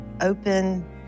open